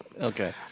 Okay